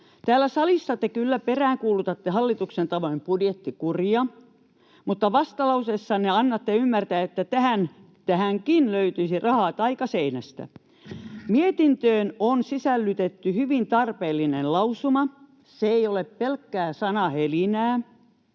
Täällä salissa te kyllä peräänkuulutatte hallituksen tavoin budjettikuria, mutta vastalauseessanne annatte ymmärtää, että tähänkin löytyisi rahaa taikaseinästä. Mietintöön on sisällytetty hyvin tarpeellinen lausuma. Se ei ole pelkkää sanahelinää,